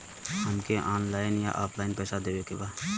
हमके ऑनलाइन या ऑफलाइन पैसा देवे के बा?